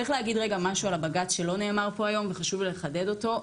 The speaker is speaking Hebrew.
צריך להגיד רגע משהו על הבג"צ שלא נאמר פה היום וחשוב לי לחדד אותו.